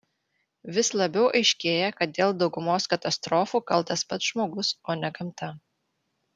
vis labiau aiškėja kad dėl daugumos katastrofų kaltas pats žmogus o ne gamta